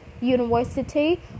University